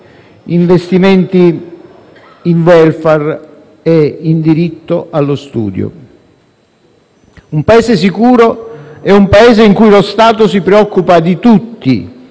investimenti in *welfare* e in diritto allo studio. Un Paese sicuro è un Paese in cui lo Stato si preoccupa di tutti,